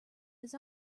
his